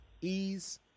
ease